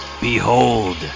Behold